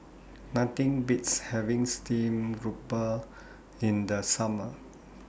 Nothing Beats having Steamed Grouper in The Summer